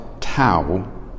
Tau